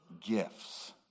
gifts